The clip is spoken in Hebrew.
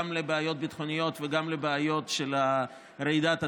גם בבעיות ביטחוניות וגם בבעיות של רעידת אדמה,